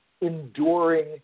enduring